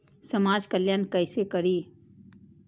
समाज कल्याण केसे करी?